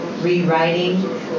rewriting